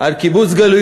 חבר הכנסת שטבון?